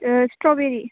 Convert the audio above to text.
strawberry